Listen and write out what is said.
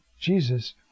Jesus